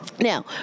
now